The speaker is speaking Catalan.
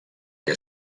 que